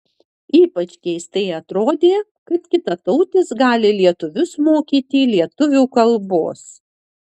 ypač keistai atrodė kad kitatautis gali lietuvius mokyti lietuvių kalbos